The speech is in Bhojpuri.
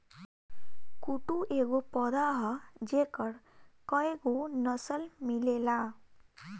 कुटू एगो पौधा ह जेकर कएगो नसल मिलेला